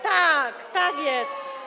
Tak, tak jest.